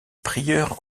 prieurs